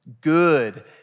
Good